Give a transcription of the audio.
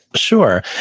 sure.